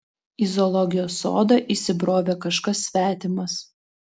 į zoologijos sodą įsibrovė kažkas svetimas